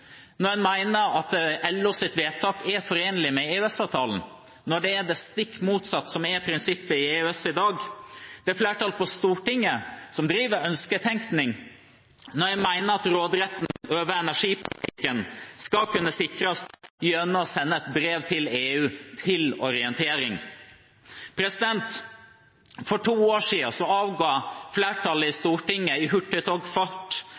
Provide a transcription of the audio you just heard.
når en mener at LOs vedtak er forenlig med EØS-avtalen – når det er det stikk motsatte som er prinsippet i EØS i dag. Det er flertallet på Stortinget som driver ønsketenkning, når en mener at råderetten over energipolitikken skal kunne sikres gjennom å sende et brev til EU til orientering. For to år siden avga flertallet i Stortinget i